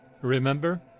Remember